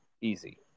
easy